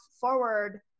forward